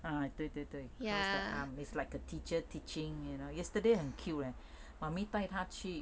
ah 对对对 cross the arms it's like a teacher teaching you know yesterday 很 cute leh mummy 带她去